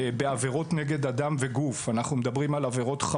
בעברות נגד אדם וגוף: חבלה,